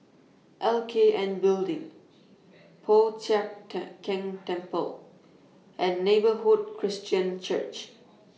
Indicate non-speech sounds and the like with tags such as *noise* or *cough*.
L K N Building Po Chiak *unintelligible* Keng Temple and Neighbourhood Christian Church